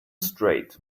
straight